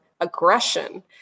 aggression